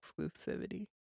exclusivity